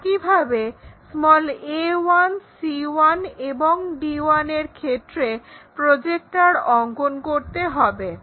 একইভাবে a1 c1 এবং d1 এর ক্ষেত্রে প্রজেক্টর অঙ্কন করতে হবে